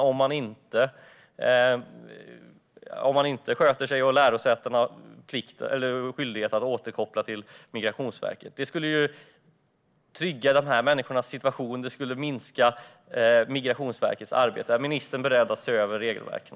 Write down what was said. Om man inte sköter sig skulle lärosätena ha skyldighet att återkoppla till Migrationsverket. Det skulle inverka på dessa människors situation och det skulle minska Migrationsverkets arbete. Är ministern beredd att se över regelverken?